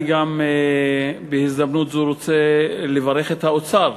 אני בהזדמנות זו גם רוצה לברך את האוצר,